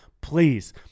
Please